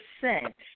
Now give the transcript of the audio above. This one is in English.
percent